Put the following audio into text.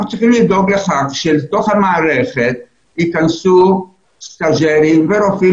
אנחנו צריכים לדאוג לכך שלתוך המערכת ייכנסו מתמחים ורופאים